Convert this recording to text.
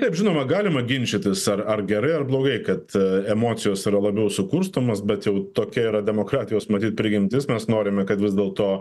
taip žinoma galima ginčytis ar ar gerai ar blogai kad emocijos yra labiau sukurstomos bet jau tokia yra demokratijos matyt prigimtis mes norime kad vis dėlto